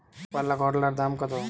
একপাল্লা করলার দাম কত?